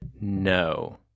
No